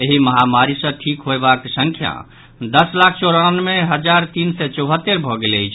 एहि महामारी सँ ठीक होयबाक संख्या दस लाख चौरानवे हजार तीन सय चौहत्तरि भऽ गेल अछि